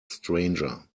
stranger